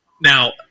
Now